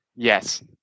Yes